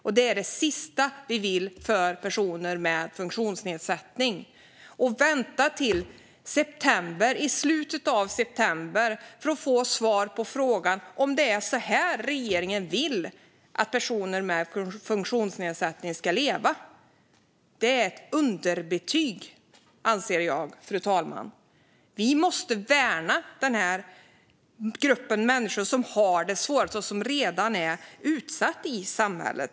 Men det är ju det sista vi vill för personer med funktionsnedsättning. Att de ska behöva vänta till slutet av september för att få svar på frågan om det är så här regeringen vill att personer med funktionsnedsättning ska leva är ett underbetyg för regeringen. Vi måste värna om denna grupp, som redan är utsatt i samhället.